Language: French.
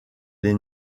les